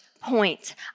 point